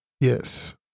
Yes